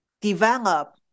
develop